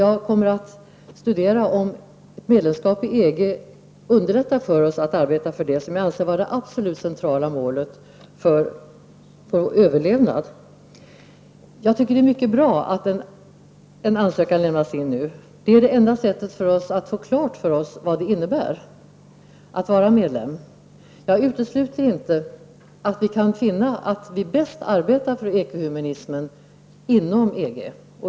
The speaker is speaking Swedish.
Jag kommer att studera om ett medlemskap i EG underlättar för oss att arbeta för det som jag anser vara det absoluta centrala målet för vår överlevnad. Jag tycker att det är mycket bra att en ansökan lämnas in nu. Det är det enda sättet för oss att få klart för oss vad det innebär att vara medlem. Jag utesluter inte att vi kan finna att vi bäst arbetar för ekohumanismen inom EG.